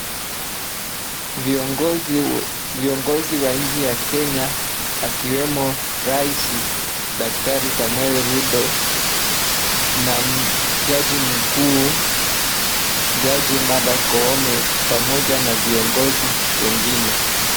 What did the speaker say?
Viongozi, viongozi wa nchi ya Kenya, akiwemo rais Daktari Samoei Ruto, na jaji mkuu, Jaji Martha Koome pamoja na viongozi wengine.